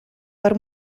per